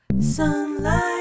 Sunlight